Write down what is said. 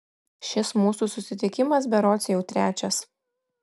šis mūsų susitikimas berods jau trečias